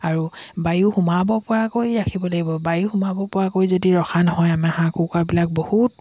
আৰু বায়ু সোমাব পৰাকৈ ৰাখিব লাগিব বায়ু সোমাব পৰাকৈ যদি ৰখা নহয় আমাৰ হাঁহ কুকুৰাবিলাক বহুত